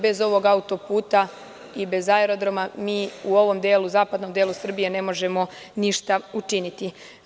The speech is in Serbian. Bez ovog auto-puta i bez aerodroma, mi u zapadnom delu Srbije ne možemo ništa učiniti.